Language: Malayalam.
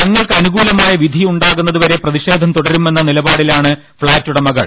തങ്ങൾക്ക് അനുകൂലമായ വിധി ഉണ്ടാകുന്നത് വരെ പ്രതിഷേധം തുടരുമെന്ന നിലപാടിലാണ് ഫ്ളാറ്റ് ഉടമകൾ